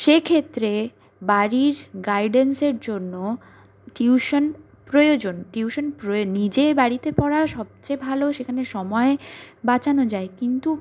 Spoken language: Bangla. সেক্ষেত্রে বাড়ির গাইডেন্সের জন্য টিউশান প্রয়োজন টিউশান নিজে বাড়িতে পড়া সবচেয়ে ভালো সেখানে সময় বাঁচানো যায় কিন্তু